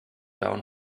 down